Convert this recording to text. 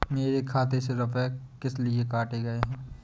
मेरे खाते से रुपय किस लिए काटे गए हैं?